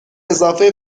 اضافه